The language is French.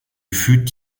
fut